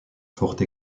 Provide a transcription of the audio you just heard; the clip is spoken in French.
forte